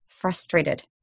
frustrated